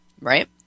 Right